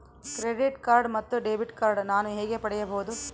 Credit card ಮತ್ತು debit card ನಾನು ಹೇಗೆ ಪಡೆಯಬಹುದು?